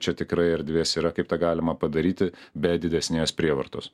čia tikrai erdvės yra kaip tą galima padaryti be didesnės prievartos